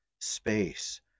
space